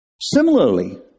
Similarly